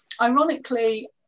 ironically